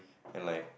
and like